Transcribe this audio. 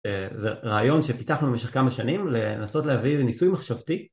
זה רעיון שפיתחנו במשך כמה שנים לנסות להביא לניסוי מחשבתי